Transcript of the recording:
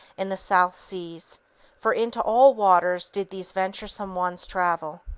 in the south seas for into all waters did these venturesome ones travel.